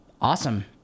awesome